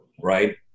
right